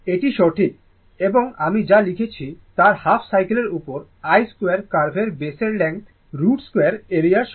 এটি সঠিক এবং আমি যা লিখেছি তার হাফ সাইকেলের উপর i 2 কার্ভের বেসের লেংথ 2√এরিয়ার সমান